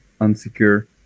unsecure